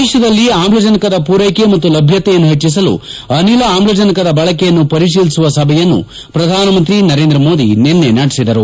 ದೇಶದಲ್ಲಿ ಆಮ್ಲಜನಕದ ಪೂರ್ಲೆಕೆ ಮತ್ತು ಲಭ್ಲತೆಯನ್ನು ಹೆಚ್ಚಿಸಲು ಅನಿಲ ಆಮ್ಲಜನಕದ ಬಳಕೆಯನ್ನು ಪರಿಶೀಲಿಸುವ ಸಭೆಯನ್ನು ಪ್ರಧಾನಮಂತ್ರಿ ನರೇಂದ್ರ ಮೋದಿ ನಿನ್ನೆ ನಡೆಸಿದರು